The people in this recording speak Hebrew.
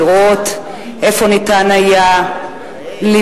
לראות איפה ניתן היה למנוע,